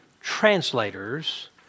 translators